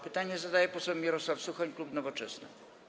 Pytanie zadaje poseł Mirosław Suchoń, klub Nowoczesna.